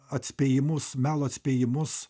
atspėjamus melo atspėjamus